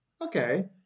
okay